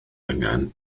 angen